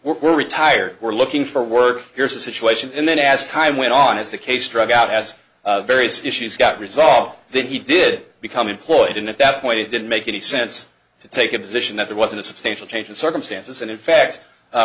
we're retired we're looking for work here's the situation and then as time went on as the case drag out as various issues got resolved then he did become employed and at that point it didn't make any sense to take a position that there wasn't a substantial change in circumstances and in fact